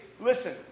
Listen